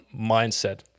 mindset